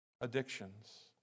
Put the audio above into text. Addictions